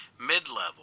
mid-level